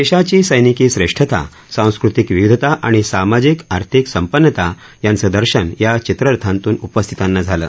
देशाची सैनिकी श्रेष्ठता सांस्कृतिक विविधता आणि सामाजिक आर्थिक संपन्नता यांचं दर्शन या चित्रर्थांतून उपस्थितांना झालं